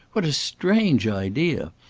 what a strange idea!